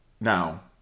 now